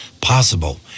possible